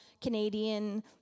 Canadian